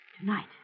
Tonight